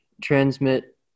transmit